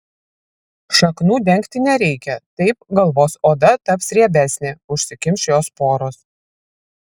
šaknų dengti nereikia taip galvos oda taps riebesnė užsikimš jos poros